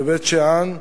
בבית-שאן,